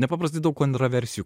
nepaprastai daug kontroversijų